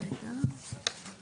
(היו"ר אוריאל בוסו, 10:36)